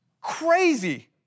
Crazy